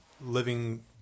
living